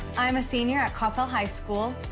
i'm a senior at coppell high school.